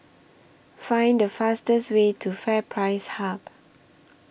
Find The fastest Way to FairPrice Hub